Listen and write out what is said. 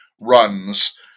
runs